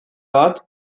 bat